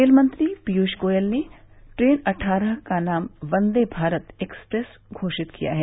rail मंत्री पीयूष गोयल ने train अट्ठारह का नाम वन्दे भारत एक्सप्रेस घोषित किया है